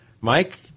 Mike